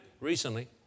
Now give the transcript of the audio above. recently